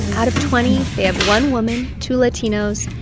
out of twenty, they have one woman, two latinos.